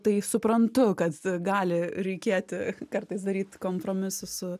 tai suprantu kad gali reikėti kartais daryt kompromisus su